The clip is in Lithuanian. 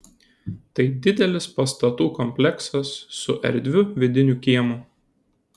tai didelis pastatų kompleksas su erdviu vidiniu kiemu